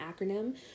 acronym